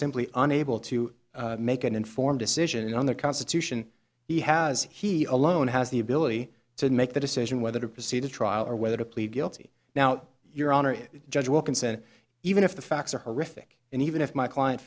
simply unable to make an informed decision on the constitution he has he alone has the ability to make the decision whether to proceed to trial or whether to plead guilty now your honor judge wilkinson even if the facts are horrific and even if my client